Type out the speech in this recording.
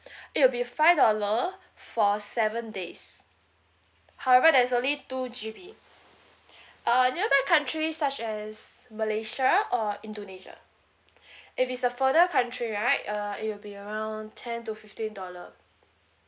it'll be five dollar for seven days however that's only two G_B uh nearby country such as malaysia or indonesia if it's a further country right uh it will be around ten to fifteen dollar